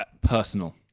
personal